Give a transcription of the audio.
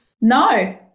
No